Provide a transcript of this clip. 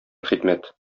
хикмәт